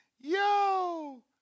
Yo